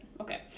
Okay